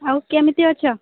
ଆଉ କେମିତି ଅଛ